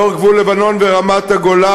לאורך גבול לבנון ורמת-הגולן,